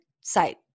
site